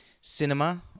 cinema